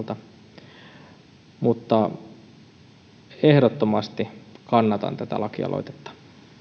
jatkovalmistelun kannalta mutta ehdottomasti kannatan tätä lakialoitetta